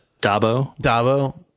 Dabo